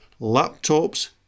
laptops